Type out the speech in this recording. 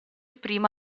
prima